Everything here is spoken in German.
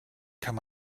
kann